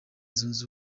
zunze